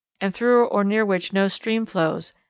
and through or near which no stream flows,